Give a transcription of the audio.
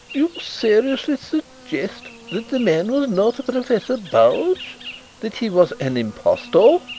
you seriously suggest that the man was not professor bulge that he was an impostor?